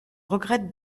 regrette